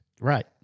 Right